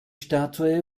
statue